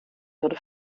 wurde